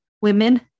women